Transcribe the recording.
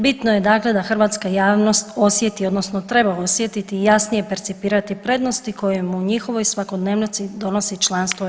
Bitno je dakle da hrvatska javnost osjeti odnosno treba osjetiti i jasnije percipirati prednosti koje im u njihovoj svakodnevnici donosi članstvo u EU.